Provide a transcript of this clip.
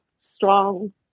strong